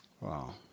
Wow